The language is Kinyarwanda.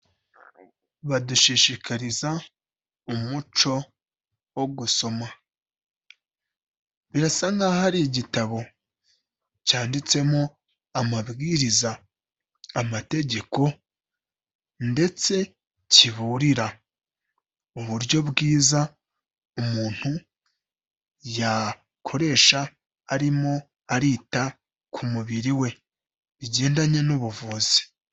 Badushishikariza umuco wo gusoma. Birasa nkaho hari igitabo cyanditsemo amabwiriza, amategeko ndetse kiburira uburyo bwiza umuntu yakoresha arimo arita ku mubiri we bigendanye n'ubuvuzi.